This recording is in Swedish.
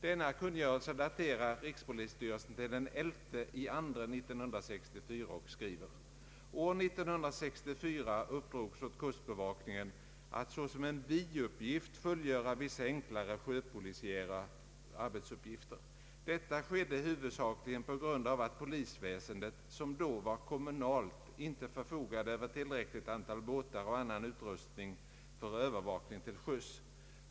Denna kungörelse daterar rikspolisstyrelsen till den 11/2 1964 och skriver: ”År 1964 uppdrogs åt kustbevakningen att såsom en biuppgift fullgöra vissa enklare sjöpolisiära arbetsuppgifter. Detta skedde huvudsakligen på grund av att polisväsendet, som då var kommunalt, inte förfogade över tillräckligt antal båtar och annan utrustning för övervakning till sjöss.